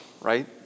right